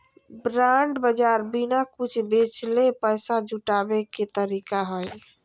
bond बाज़ार बिना कुछ बेचले पैसा जुटाबे के तरीका हइ